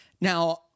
Now